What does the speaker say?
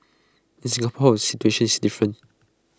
in Singapore situation is different